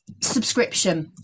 subscription